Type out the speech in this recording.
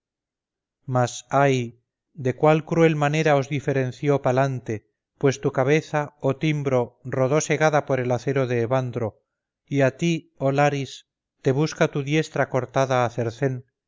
mas ay de cuál cruel manera os diferenció palante pues tu cabeza oh timbro rodó segada por el acero de evandro y a ti oh laris te busca tu diestra cortada